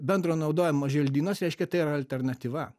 bendro naudojimo želdynas reiškia tai yra alternatyva